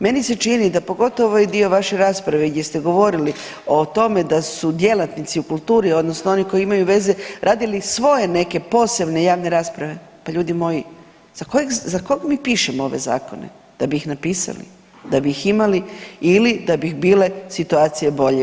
Meni se čini da pogotovo ovaj dio vaše rasprave gdje ste govorili o tome da su djelatnici u kulturi odnosno oni koji imaju veze radili svoje neke posebne javne rasprave, pa ljudi moji za kog mi pišemo ove zakone, da bi ih napisali, da bi ih imali ili da bi bile situacije bolje.